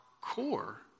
core